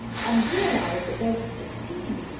and realized that they were sixteen.